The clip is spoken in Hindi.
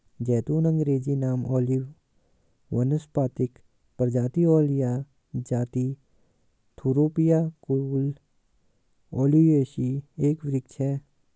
ज़ैतून अँग्रेजी नाम ओलिव वानस्पतिक प्रजाति ओलिया जाति थूरोपिया कुल ओलियेसी एक वृक्ष है